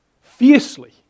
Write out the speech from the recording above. fiercely